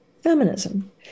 feminism